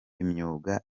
imyuga